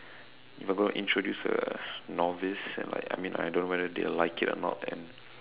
if I'm gonna introduce to a novice and like I mean I don't know whether they will like it or not and